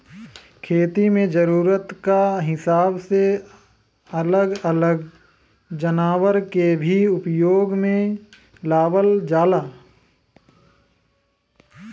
खेती में जरूरत क हिसाब से अलग अलग जनावर के भी उपयोग में लावल जाला